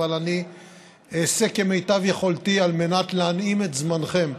אבל אני אעשה כמיטב יכולתי על מנת להנעים את זמנכם.